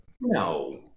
no